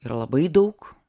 yra labai daug